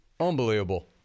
Unbelievable